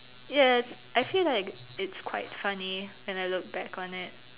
yes I feel like it's quite funny when I look back on it